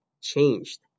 changed